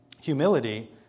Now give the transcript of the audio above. Humility